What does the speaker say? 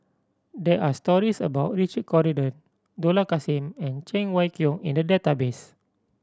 there are stories about Richard Corridon Dollah Kassim and Cheng Wai Keung in the database